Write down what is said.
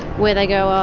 where they go,